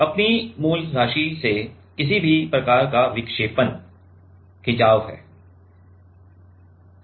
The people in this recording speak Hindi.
तो अपनी मूल राशि से किसी भी प्रकार का विक्षेपण खिंचाव है